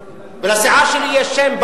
לסיעה שלי יש שם,